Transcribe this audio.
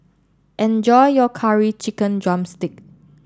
enjoy your Curry Chicken Drumstick